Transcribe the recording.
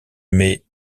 met